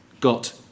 got